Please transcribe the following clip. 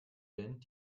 band